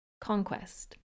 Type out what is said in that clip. conquest